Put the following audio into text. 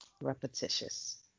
repetitious